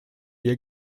ihr